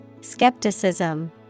skepticism